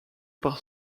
par